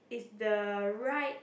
is the right